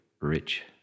rich